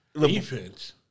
Defense